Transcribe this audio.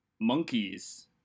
monkeys